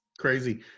crazy